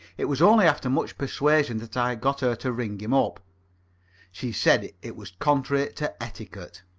it was only after much persuasion that i got her to ring him up she said it was contrary to etiquette.